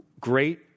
great